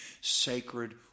sacred